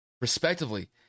respectively